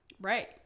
Right